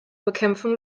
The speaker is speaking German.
bekämpfung